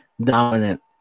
dominant